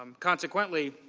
um consequently,